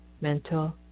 mental